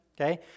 okay